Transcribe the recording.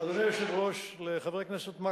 אדוני היושב-ראש, לחבר הכנסת מקלב,